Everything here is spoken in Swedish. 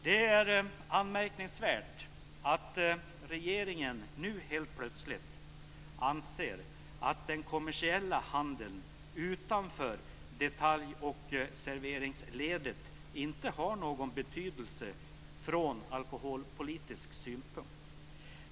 Det är anmärkningsvärt att regeringen nu helt plötsligt anser att den kommersiella handeln utanför detalj och serveringsledet inte har någon betydelse från alkoholpolitisk synpunkt.